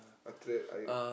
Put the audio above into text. after that I